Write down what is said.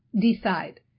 decide